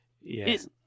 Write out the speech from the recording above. yes